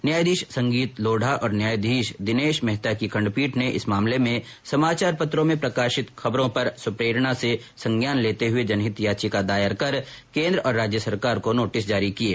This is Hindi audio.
न्यायाधीश संगीत लोढ़ा और न्यायाधीश दिनेश मेहता की खंडपीठ ने इस मामले में समाचार पत्रों में प्रकाशित खबरों पर स्वप्रेरणा से संज्ञान लेते हुए जनहित याचिका दायर कर केंद्र और राज्य सरकार को नोटिस जारी किये